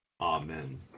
Amen